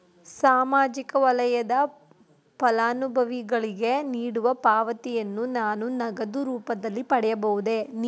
ಸಾಮಾಜಿಕ ವಲಯದ ಫಲಾನುಭವಿಗಳಿಗೆ ನೀಡುವ ಪಾವತಿಯನ್ನು ನಾನು ನಗದು ರೂಪದಲ್ಲಿ ಪಡೆಯಬಹುದೇ?